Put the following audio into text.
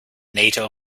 nato